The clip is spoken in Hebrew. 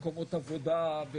מקומות עבודה,